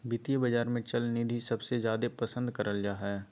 वित्तीय बाजार मे चल निधि सबसे जादे पसन्द करल जा हय